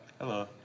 Hello